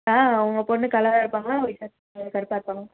ஆ உங்கள் பொண்ணு கலராக இருப்பாங்களா கருப்பாக இருப்பாங்களா